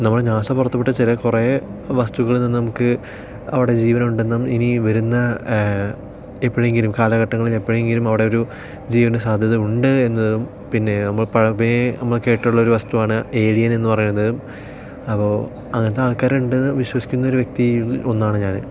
നമ്മളുടെ നാസ പുറത്ത് വിട്ട ചില കുറെ വസ്തുക്കളിൽ നിന്ന് നമുക്ക് അവിടെ ജീവൻ ഉണ്ടെന്നും ഈ വരുന്ന എപ്പോഴെങ്കിലും കാലഘട്ടങ്ങളിൽ എപ്പോഴെങ്കിലും അവിടെ ഒരു ജീവന് സാധ്യത ഉണ്ട് എന്നതും പിന്നെ നമ്മൾ കേട്ട് പഴകിയ ഒരു വസ്തുവാണ് ഏലിയൻ എന്ന് പറയുന്നത് അപ്പോൾ അങ്ങനത്തെ ആൾക്കാരുണ്ട് എന്ന് വിശ്വസിക്കുന്നൊരു വ്യക്തികളിൽ ഒന്നാണ് ഞാന്